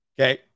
Okay